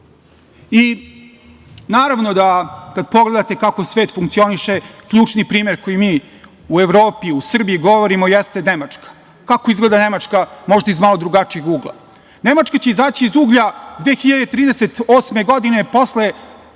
ekonomije. Naravno kad pogledate kako svet funkcioniše, ključni primer koji mi u Evropi u Srbiji govorimo jeste Nemačka. Kako izgleda Nemačka, možda iz malo drugačijeg ugla? Nemačka će izaći iz uglja 2038. godine posle